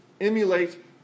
emulate